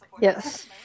Yes